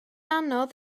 anodd